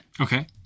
Okay